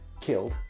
killed